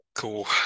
Cool